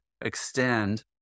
extend